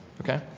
Okay